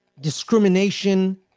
discrimination